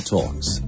Talks